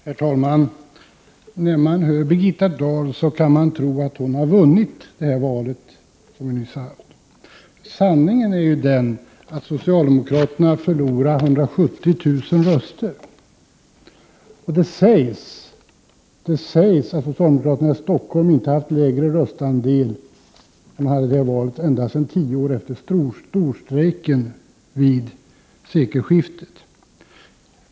Herr talman! När man hör Birgitta Dahl kan man tro att hon har vunnit det val som vi nyss har haft. Sanningen är den att socialdemokraterna förlorade 170 000 röster. Och det sägs att socialdemokraterna i Stockholm inte har haft lägre röstetal sedan tio år efter storstrejken vid sekelskiftet.